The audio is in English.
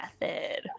method